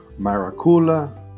maracula